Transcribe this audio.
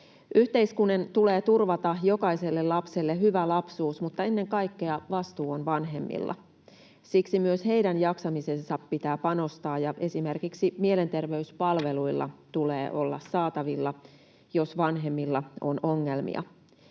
Yhteiskunnan tulee turvata jokaiselle lapselle hyvä lapsuus, mutta ennen kaikkea vastuu on vanhemmilla. Siksi myös heidän jaksamiseensa pitää panostaa, ja esimerkiksi mielenterveyspalveluja tulee olla saatavilla, jos vanhemmilla on ongelmia.